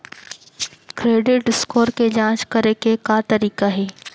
Credit score के जाँच करे के का तरीका हे?